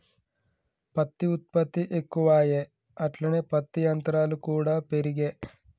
పత్తి ఉత్పత్తి ఎక్కువాయె అట్లనే పత్తి యంత్రాలు కూడా పెరిగే